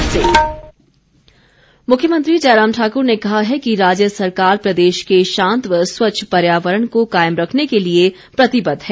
मुख्यमंत्री मुख्यमंत्री जयराम ठाकुर ने कहा है कि राज्य सरकार प्रदेश के शांत व स्वच्छ पर्यावरण को कायम रखने के लिए प्रतिबद्ध है